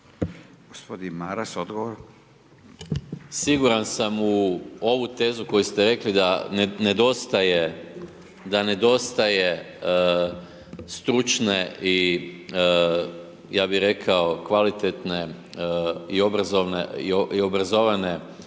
Gordan (SDP)** Siguran sam u ovu tezu koju ste rekli da nedostaje stručne i, ja bi rekao kvalitetne i obrazovane radne